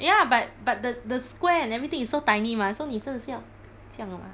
ya but but the the square and everything is so tiny mah so 你真的是要这样弄 ah